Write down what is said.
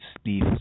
Steve